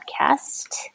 podcast